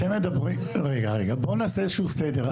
בואו נעשה סדר.